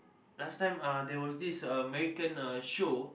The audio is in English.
last time uh there was this uh American uh show